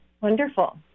Wonderful